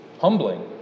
humbling